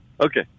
Okay